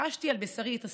חשתי על בשרי את הסבל,